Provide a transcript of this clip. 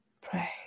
pray